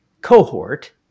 cohort